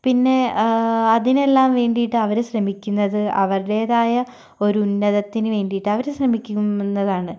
പിന്നെ അതിനെല്ലാം വേണ്ടിയിട്ട് അവർ ശ്രമിക്കുന്നത് അവരുടേതായ ഒരു ഉന്നതത്തിനു വേണ്ടിയിട്ട് അവർ ശ്രമിക്കുന്നതാണ്